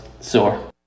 sore